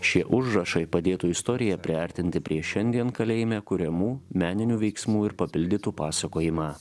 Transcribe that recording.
šie užrašai padėtų istoriją priartinti prie šiandien kalėjime kuriamų meninių veiksmų ir papildytų pasakojimą